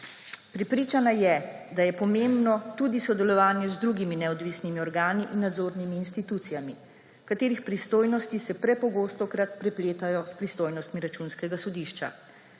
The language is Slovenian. Prepričana je, da je pomembno tudi sodelovanje z drugimi neodvisnimi organi in nadzornimi institucijami, katerih pristojnosti se prepogostokrat prepletajo s pristojnostmi Računskega sodišča.